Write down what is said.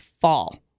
fall